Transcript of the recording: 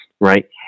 right